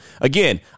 Again